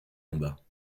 combats